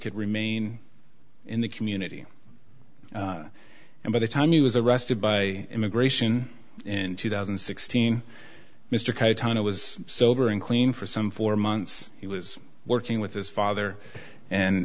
could remain in the community and by the time he was arrested by immigration in two thousand and sixteen mr katana was sober and clean for some four months he was working with his father and